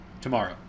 tomorrow